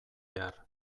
behar